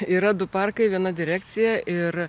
yra du parkai viena direkcija ir